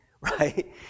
right